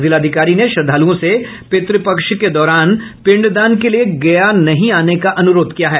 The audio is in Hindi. जिलाधिकारी ने श्रद्धालुओं से पितृपक्ष के दौरान पिंडदान के लिये गया नहीं आने का अनुरोध किया है